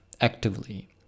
actively